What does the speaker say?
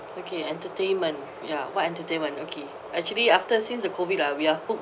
okay entertainment ya what entertainment okay actually after since the COVID ah we are hook